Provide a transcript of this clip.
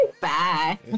Bye